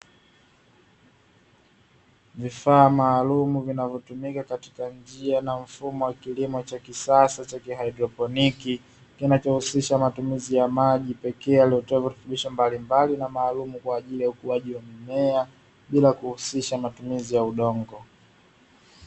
Vifaa maalumu vinavyotumika katika njia na mfumo wa kilimo cha kisasa cha kihaidroponiki, kinachojumuisha matumizi ya maji pekee yaliyo na virutubisho mbalimbali kwa ajili ya ukuaji wa mimea, bila kuhusisha matumizi ya udongo.